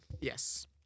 Yes